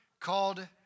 called